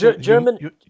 German